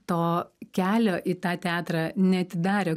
to kelio į tą teatrą neatidarė